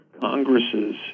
Congress's